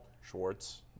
Schwartz